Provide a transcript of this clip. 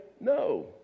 No